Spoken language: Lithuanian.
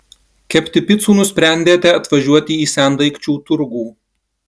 kepti picų nusprendėte atvažiuoti į sendaikčių turgų